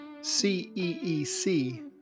C-E-E-C